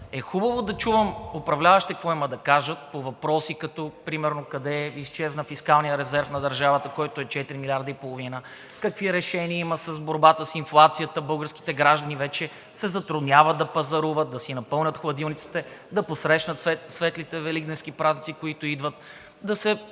е хубаво да чувам управляващите какво имат да кажат по въпроси, като например: къде изчезна фискалният резерв на държавата, който е 4,5 милиарда, какви решения има в борбата с инфлацията. Българските граждани вече се затрудняват да пазаруват, да си напълнят хладилниците, да посрещнат светлите Великденски празници, които идват. За